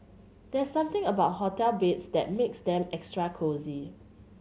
there's something about hotel beds that makes them extra cosy